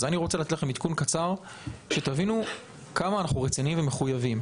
אני רוצה לתת לכם עדכון קצר כדי שתבינו עד כמה אנחנו רציניים ומחויבים.